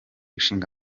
ishinga